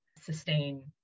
sustain